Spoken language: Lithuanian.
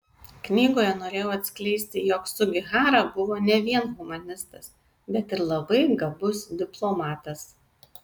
knygoje norėjau atskleisti jog sugihara buvo ne vien humanistas bet ir labai gabus diplomatas